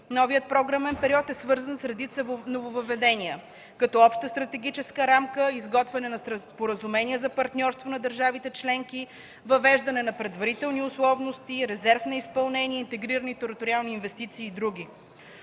Новият програмен период е свързан с редица нововъдения като обща стратегическа рамка, изготвяне на споразумения за партньорство на държавите членки, въвеждане на предварителни условности, резерв на изпълнение, интегрирани териториални инвестиции и други.